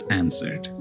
answered